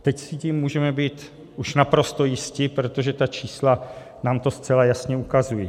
A teď si tím můžeme být už naprosto jisti, protože ta čísla nám to zcela jasně ukazují.